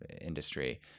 industry